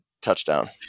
touchdown